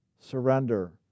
Surrender